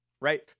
right